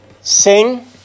Sing